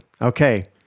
Okay